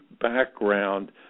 background